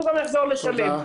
הוא גם יחזור לשלם.